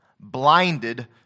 Blinded